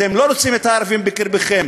אתם לא רוצים את הערבים בקרבכם.